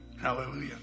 Hallelujah